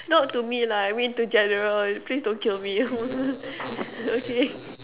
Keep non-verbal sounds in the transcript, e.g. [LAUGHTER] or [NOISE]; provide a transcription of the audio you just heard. [LAUGHS] not to me lah I mean to general please don't kill me [LAUGHS] okay